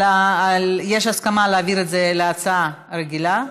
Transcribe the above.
יש הסכמה להעביר את זה כהצעה רגילה,